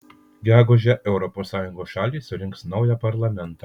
gegužę europos sąjungos šalys rinks naują parlamentą